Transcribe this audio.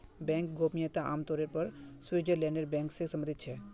bank गोपनीयता आम तौर पर स्विटज़रलैंडेर बैंक से सम्बंधित छे